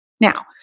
Now